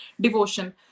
devotion